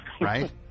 Right